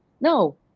No